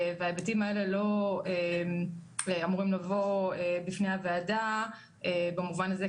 ההיבטים האלה לא אמורים לבוא בפני הוועדה במובן הזה,